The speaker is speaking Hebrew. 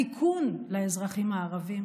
התיקון לאזרחים הערבים